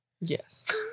yes